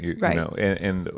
Right